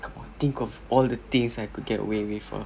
think of all the things I could get away with ah